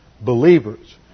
believers